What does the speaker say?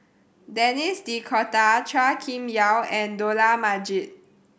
Denis D'Cotta Chua Kim Yeow and Dollah Majid